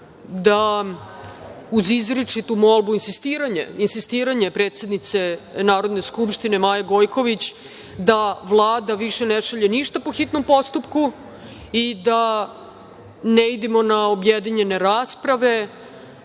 da uz izričitu molbu, insistiranje predsednice Narodne skupštine Maje Gojković da Vlada više ne šalje ništa po hitnom postupku i da ne idemo na objedinjene rasprave,